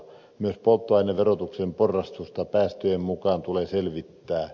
myös polttoaineverotuksen porrastusta päästöjen mukaan tulee selvittää